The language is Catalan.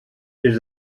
des